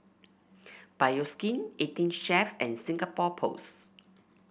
Bioskin Eighteen Chef and Singapore Post